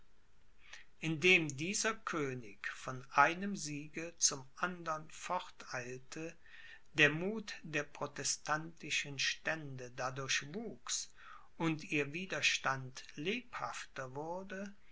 indem dieser könig von einem siege zum andern forteilte der muth der protestantischen stände dadurch wuchs und ihr widerstand lebhafter wurde